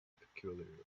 peculiar